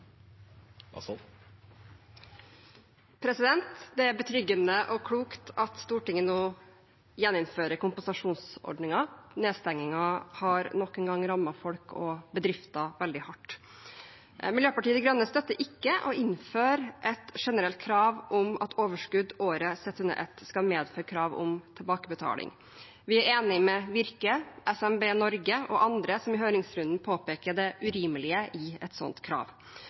betryggende og klokt at Stortinget nå gjeninnfører kompensasjonsordningen. Nedstengningen har nok en gang rammet folk og bedrifter veldig hardt. Miljøpartiet De Grønne støtter ikke å innføre et generelt krav om at et overskudd fra året sett under ett skal medføre krav om tilbakebetaling. Vi er enig med Virke, SMB Norge og andre som i høringsrunden påpekte det urimelige i et sånt krav.